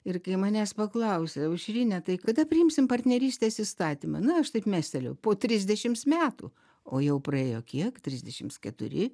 ir kai manęs paklausė aušrine tai kada priimsim partnerystės įstatymą na aš taip mestelėjau po trisdešims metų o jau praėjo kiek trisdešims keturi